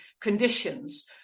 conditions